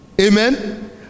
amen